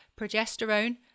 progesterone